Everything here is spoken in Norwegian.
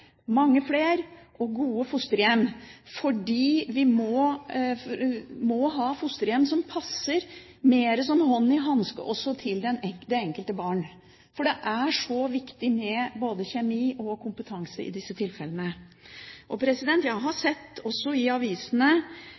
mange flere og gode fosterhjem, fordi vi må ha fosterhjem som passer mer som hånd i hanske også til det enkelte barn. For det er så viktig med både kjemi og kompetanse i disse tilfellene. Jeg har også i avisene